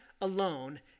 alone